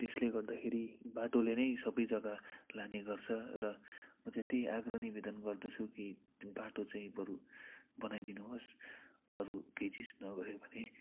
त्यसले गर्दाखेरि बाटोले नै सबै जग्गा लाने गर्छ र म चाहिँ त्यही आग्रह निवेदन गर्दछु कि बाटो चाहिँ बरू बनाइदिनुहोस् अरू केही चिज नभए पनि